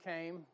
came